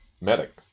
medic